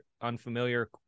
unfamiliar